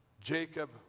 Jacob